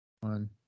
One